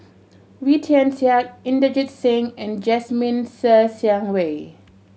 Wee Tian Siak Inderjit Singh and Jasmine Ser Xiang Wei